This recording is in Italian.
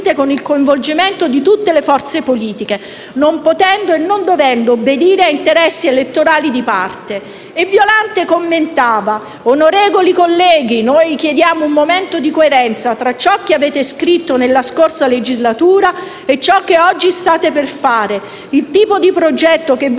con il coinvolgimento di tutte le forze politiche, non potendo e non dovendo obbedire a interessi elettorali di parte». E Violante commentava: «Onorevoli colleghi, noi chiediamo un momento di coerenza tra ciò che avete scritto nella scorsa legislatura e ciò che oggi state per fare. Il tipo di progetto che voi